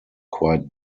quite